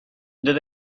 did